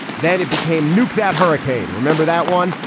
then it became nukes at hurricane. remember that one?